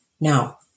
now